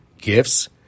gifts